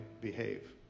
behave